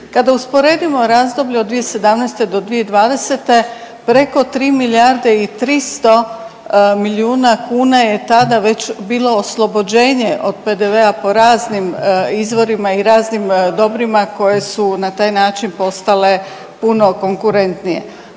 Kada usporedimo razdoblje od 2017. do 2020. preko 3 milijarde i 300 milijuna kuna je tada već bilo oslobođenje od PDV-a po raznim izvorima i raznim dobrima koje su na taj način postale puno konkurentnije.